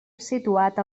situat